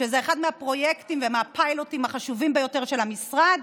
שזה אחד מהפרויקטים ומהפיילוטים החשובים ביותר של המשרד,